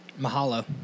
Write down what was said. Mahalo